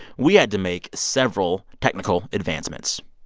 we had to make several technical advancements.